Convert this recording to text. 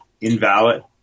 invalid